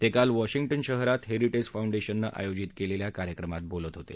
ते काल वॅशिंग्टन शहरात हेरीटेज फाऊंडेशननं आयोजित केलेल्या कार्यक्रमात बोलत होते